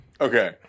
Okay